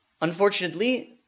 Unfortunately